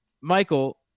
Michael